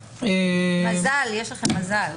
מזל, יש לכם מזל.